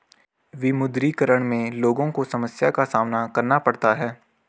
विमुद्रीकरण में लोगो को समस्या का सामना करना पड़ता है